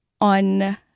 on